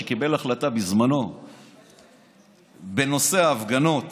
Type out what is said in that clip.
שקיבל החלטה בנושא ההפגנות